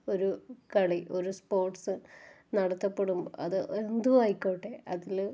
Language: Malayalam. ഒരു കളി ഒരു സ്പോർട്സ് നടത്തപ്പെടുമ്പോൾ അത് എന്തു ആയിക്കോട്ടെ അതില്